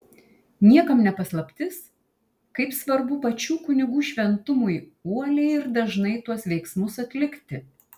niekam ne paslaptis kaip svarbu pačių kunigų šventumui uoliai ir dažnai tuos veiksmus atlikti